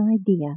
idea